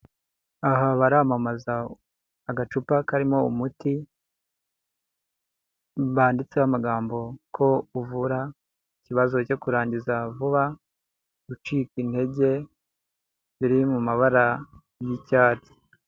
Aha baramamaza agacupa karimo umuti, banditseho amagambo ko uvura ikibazo cyo kurangiza vuba, gucika intege, biri mu mabara y'icyatsi.